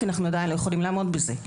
כי אנחנו עדיין לא יכולים לעמוד בזה.